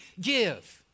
Give